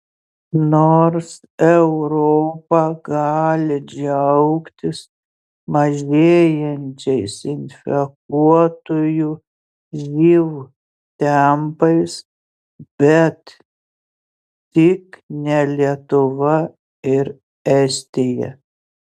nors europa gali džiaugtis mažėjančiais infekuotųjų živ tempais bet tik ne lietuva ir estija